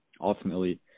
ultimately